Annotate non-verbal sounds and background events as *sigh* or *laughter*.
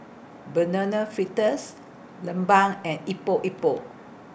Banana Fritters *unintelligible* and Epok Epok